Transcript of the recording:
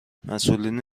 مسئولین